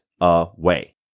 away